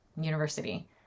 University